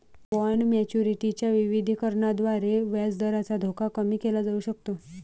bond maturity च्या विविधीकरणाद्वारे व्याजदराचा धोका कमी केला जाऊ शकतो